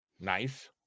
Nice